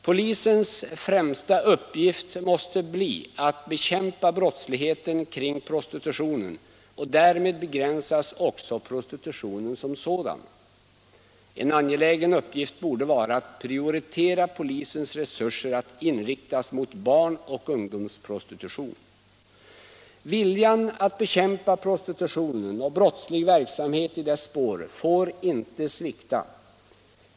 Polisens främsta uppgift måste bli att bekämpa brottsligheten kring prostitutionen. Därmed begränsas också prostitutionen som sådan. En angelägen uppgift borde vara att prioritera polisens resurser att inriktas mot barn och ungdomsprostitution. Viljan att bekämpa prostitutionen och den brottsliga verksamheten i dess spår får inte svikta.